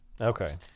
Okay